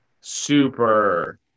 Super